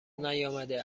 نیامده